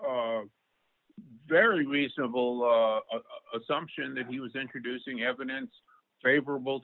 a very reasonable assumption that he was introducing evidence favorable